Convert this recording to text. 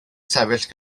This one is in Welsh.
sefyll